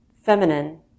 feminine